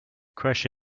crush